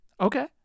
Okay